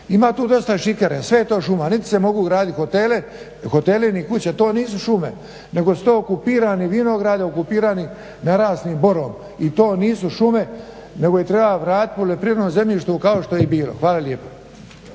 Ima tu dosta šikare, sve je to šuma. Niti se mogu graditi hoteli ni kuće, to nisu šume nego su to okupirani vinogradi, okupirani narasli borovi. I to nisu šume nego ih treba vratiti poljoprivrednom zemljištu kao što je i bilo. Hvala lijepo.